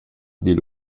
digl